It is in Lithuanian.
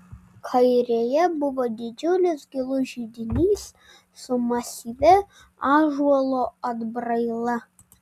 kairėje buvo didžiulis gilus židinys su masyvia ąžuolo atbraila